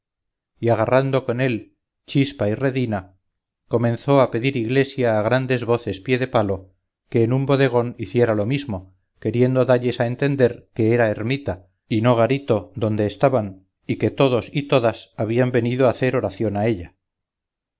y agarrando con él chispa y redina comenzó a pedir iglesia a grandes voces piedepalo que en un bodegón hiciera lo mismo queriendo dalles a entender que era ermita y no garito donde estaban y que todos y todas habían venido a hacer oración a ella